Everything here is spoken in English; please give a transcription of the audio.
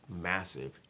massive